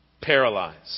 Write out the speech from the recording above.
paralyzed